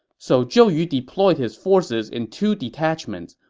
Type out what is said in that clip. so zhou yu deployed his forces in two detachments,